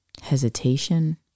hesitation